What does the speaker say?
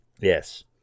Yes